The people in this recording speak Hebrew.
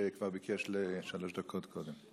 שכבר ביקש שלוש דקות קודם.